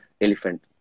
elephant